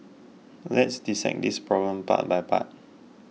let's dissect this problem part by part